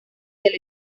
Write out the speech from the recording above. del